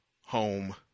home